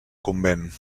convent